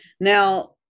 Now